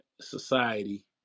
society